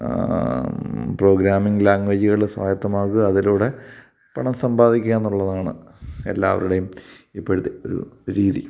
programming ലാംഗ്വേജ്ജുകൾ സ്വായക്തമാക്കുക അതിലൂടെ പണം സമ്പാദിക്കുക എന്നുള്ളതാണ് എല്ലാവരുടെയും ഇപ്പോഴത്തെ ഒരു രീതി